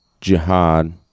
jihad